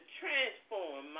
transform